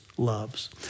Loves